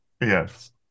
Yes